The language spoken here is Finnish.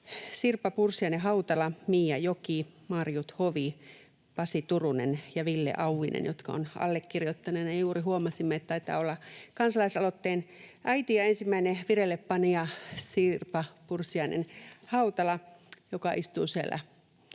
Sirpa Pursiainen-Hautala, Mia Joki, Marjut Hovi, Pasi Turunen ja Ville Auvinen, jotka ovat allekirjoittaneina, ja juuri huomasimme, että taitaa kansalaisaloitteen äiti ja ensimmäinen vireillepanija Sirpa Pursiainen-Hautala istua siellä